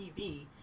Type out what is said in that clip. TV